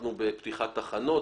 אנחנו בפתיחת תחנות,